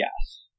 Yes